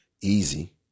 easy